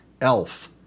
Elf